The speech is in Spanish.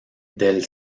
del